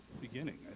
beginning